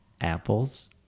Apples